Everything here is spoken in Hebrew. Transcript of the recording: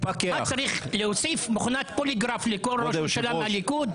צריך להוסיף מכונת פוליגרף לכל ראש ממשלה מהליכוד?